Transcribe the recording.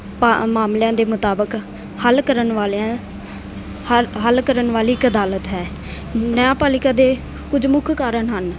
ਭਾ ਮਾਮਲਿਆਂ ਦੇ ਮੁਤਾਬਿਕ ਹੱਲ ਕਰਨ ਵਾਲਿਆਂ ਹ ਹੱਲ ਕਰਨ ਵਾਲੀ ਇੱਕ ਅਦਾਲਤ ਹੈ ਨਿਆਂਪਾਲਿਕਾ ਦੇ ਕੁਝ ਮੁੱਖ ਕਾਰਨ ਹਨ